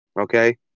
Okay